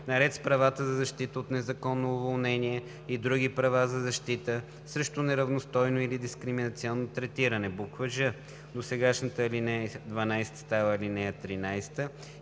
наред с правата за защита от незаконно уволнение и други права за защита срещу неравностойно или дискриминационно третиране.“ ж) досегашната ал. 12 става ал. 13